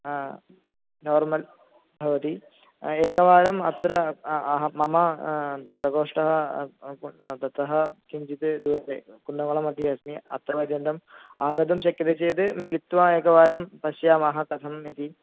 ह नार्मल् भवति एकवारम् अत्र अहं मम प्रकोष्ठः ततः किञ्चित् दूयते कुण्डवलमपि अस्मि अत्र अर्यन्तम् आगन्तुं शक्यते चेत् मिलित्वा एकवारं पश्यामः कथम् इति